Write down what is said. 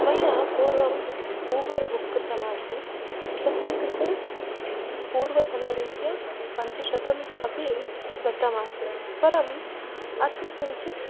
मया पूर्वम् Uber book कृतमासीत् तस्य कृते पूर्वधनरीत्या पञ्चशतमपि दत्तमासीत् परं अत्र किञ्चित्